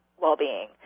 well-being